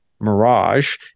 Mirage